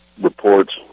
reports